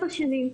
7 שנים,